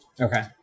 Okay